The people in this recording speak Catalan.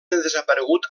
desaparegut